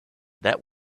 that